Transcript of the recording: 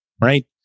right